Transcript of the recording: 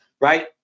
right